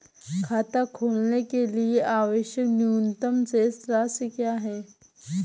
खाता खोलने के लिए आवश्यक न्यूनतम शेष राशि क्या है?